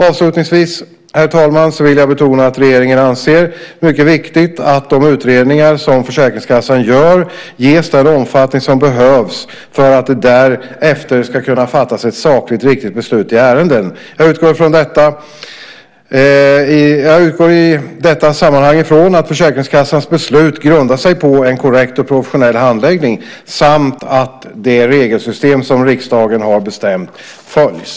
Avslutningsvis, herr talman, vill jag betona att regeringen anser det mycket viktigt att de utredningar som Försäkringskassan gör ges den omfattning som behövs för att det därefter ska kunna fattas ett sakligt riktigt beslut i ärenden. Jag utgår i detta sammanhang ifrån att Försäkringskassans beslut grundar sig på en korrekt och professionell handläggning samt att det regelsystem som riksdagen har bestämt följs.